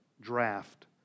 draft